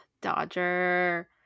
Dodger